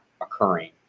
occurring